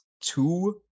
two